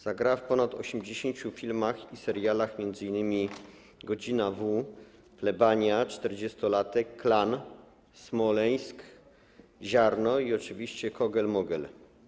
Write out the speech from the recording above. Zagrała w ponad 80 filmach i serialach, m.in.: „Godzina W”, „Plebania”, „Czterdziestolatek”, „Klan”, „Smoleńsk”, program „Ziarno” i oczywiście „Kogel-mogel”